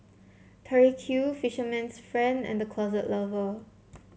Tori Q Fisherman's Friend and The Closet Lover